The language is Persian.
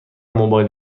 موبایل